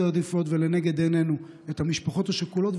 העדיפויות ולנגד עינינו את המשפחות השכולות,